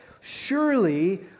surely